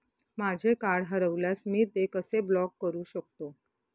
माझे कार्ड हरवल्यास मी ते कसे ब्लॉक करु शकतो?